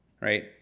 Right